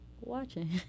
watching